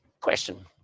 Question